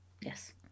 yes